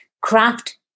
craft